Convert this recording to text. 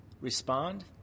respond